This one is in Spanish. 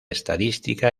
estadística